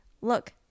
look